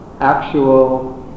actual